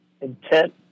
intent